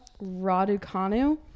Raducanu